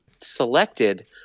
selected